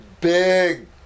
Big